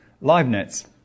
Leibniz